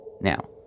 Now